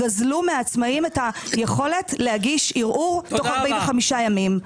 גזלו מעצמאים את היכולת להגיש ערעור תוך 45 ימים.